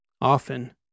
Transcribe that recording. often